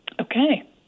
Okay